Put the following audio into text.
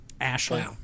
ashley